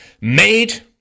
made